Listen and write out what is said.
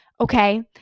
okay